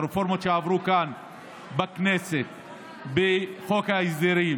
הרפורמות שעברו כאן בכנסת בחוק ההסדרים,